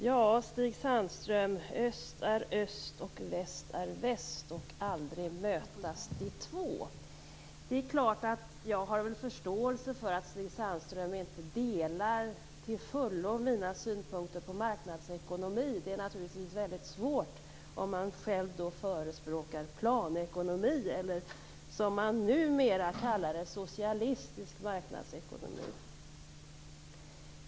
Fru talman! Öst är öst och väst är väst, och aldrig mötas de två. Det är klart att jag har förståelse för att Sig Sandström inte till fullo delar mina synpunkter på marknadsekonomi. Det är naturligtvis väldigt svårt om man själv förespråkar planekonomi, eller som man numera kallar det: socialistisk marknadsekonomi.